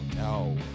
No